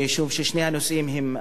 משום ששני הנושאים הם,